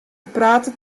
praten